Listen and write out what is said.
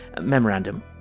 memorandum